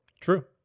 True